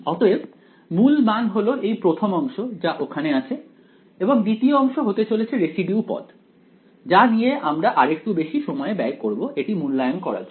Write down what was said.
অতএব মূল মান হল এই প্রথম অংশ যা ওখানে আছে এবং দ্বিতীয় অংশ হতে চলেছে রেসিডিউ পদ যা নিয়ে আমরা আরেকটু বেশি সময় ব্যয় করবো এটি মূল্যায়ন করার জন্য